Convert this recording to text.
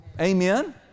Amen